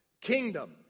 Kingdom